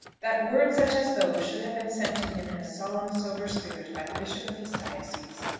that words such as those should have been sent to him in a solemn sober spirit by the bishop of his diocese!